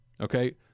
okay